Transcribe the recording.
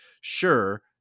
sure